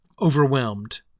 overwhelmed